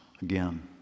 again